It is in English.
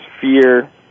fear